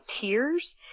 Tears